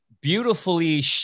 beautifully